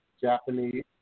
Japanese